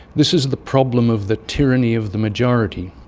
this is the problem of the tyranny of the majority.